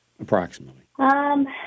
approximately